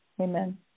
Amen